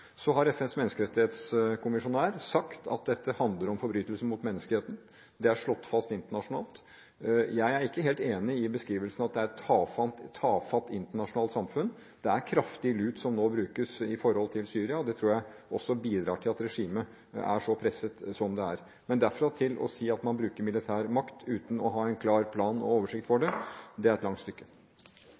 FNs menneskerettighetskommissær har sagt at dette handler om forbrytelser mot menneskeheten. Det er slått fast internasjonalt. Jeg er ikke helt enig i beskrivelsen at det er et tafatt internasjonalt samfunn. Det er kraftig lut som nå brukes overfor Syria. Det tror jeg også bidrar til at regimet er så presset som det er. Men derfra til å si at man skal bruke militær makt uten å ha en klar plan og oversikt for det, det er et langt stykke.